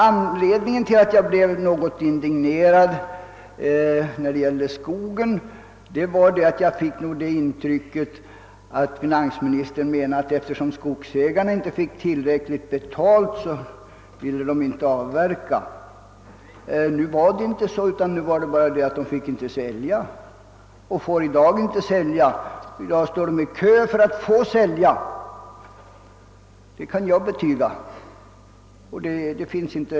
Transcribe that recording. Anledningen till att jag blev något indignerad över uttalandena om skogen var att jag fick det intrycket att finansministern menade, att skogsägarna inte ville avverka därför att de inte fick tillräckligt betalt. Men det var inte så, utan det var bara det att de inte fick sälja. De får inte sälja nu heller; de står i dag i kö för att få sälja — det kan jag intyga.